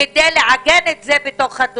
כדי לעגן את זה בתוספת.